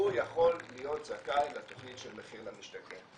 הוא יכול להיות זכאי לתכנית של 'מחיר למשתכן'